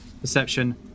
perception